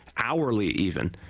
hourly even.